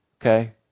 Okay